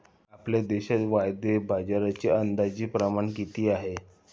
आपल्या देशात वायदे बाजाराचे अंदाजे प्रमाण किती आहे?